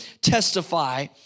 testify